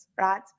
right